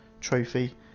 trophy